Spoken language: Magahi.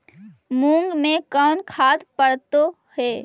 मुंग मे कोन खाद पड़तै है?